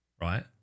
right